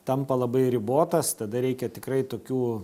tampa labai ribotas tada reikia tikrai tokių